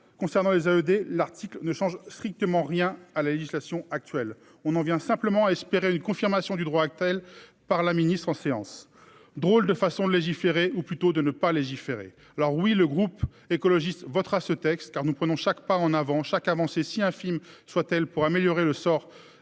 concernant les l'article ne change strictement rien à la législation actuelle on en vient simplement espérer une confirmation du droit, a-t-elle par la ministre en séance. Drôle de façon de légiférer ou plutôt de ne pas légiférer alors oui le groupe écologiste votera ce texte car nous prenons chaque pas en avant chaque avancée si infime soit-elle pour améliorer le sort